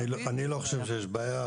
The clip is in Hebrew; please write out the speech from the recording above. אני לא חושב שיש בעיה.